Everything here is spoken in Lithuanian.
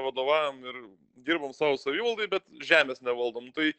vadovaujam ir dirbam savo savivaldai bet žemės nevaldom tai